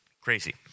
Crazy